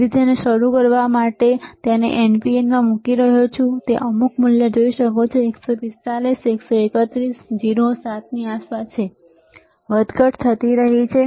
તેથી તે શરૂ કરવા માટે તેને NPN માં મૂકી રહ્યો છે અને તે અમુક મૂલ્ય જોઈ શકે છે જે 145 131 0 7 ની આસપાસ છે વધઘટ થતી રહે છે